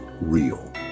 real